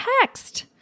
text